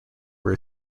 were